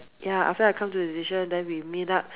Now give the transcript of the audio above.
ya after I come to the decision and then we meet up